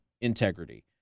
integrity